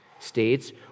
States